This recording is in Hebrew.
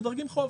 מדרגים חוב.